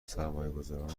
سرمایهگذاران